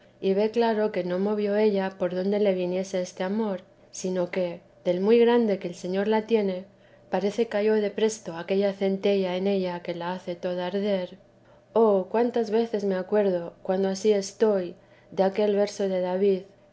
y ve claro que no movió ella por donde le viniese este amor sino que del muy grande que el señor le tiene parece cayó de presto aquella centella en ella que la hace toda arder oh cuántas veces me acuerdo cuando ansí estoy de aquel verso de david